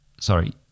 sorry